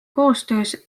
koostöös